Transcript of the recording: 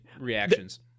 reactions